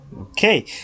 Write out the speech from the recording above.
Okay